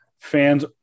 Fans